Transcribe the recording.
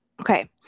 okay